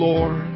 Lord